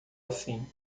assim